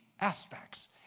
aspects